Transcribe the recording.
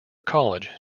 college